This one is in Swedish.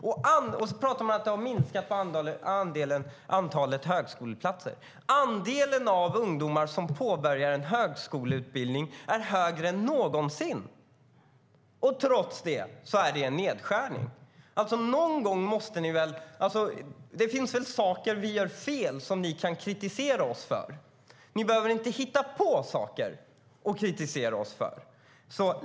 Man pratar om att vi har minskat på antalet högskoleplatser. Andelen ungdomar som påbörjar en högskoleutbildning är högre än någonsin. Trots det ska det vara fråga om nedskärning. Det finns väl saker vi gör fel som ni kan kritisera oss för, men ni behöver inte hitta på saker att kritisera oss för.